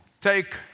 take